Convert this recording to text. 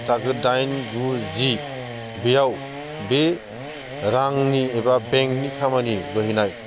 थाखो दाइन गु जि बेयाव बे रांनि एबा बेंकनि खामानि बोहैनाय